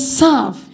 serve